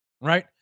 right